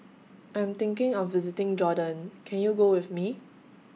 I'm thinking of visiting Jordan Can YOU Go with Me